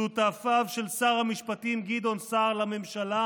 שותפיו של שר המשפטים גדעון סער לממשלה,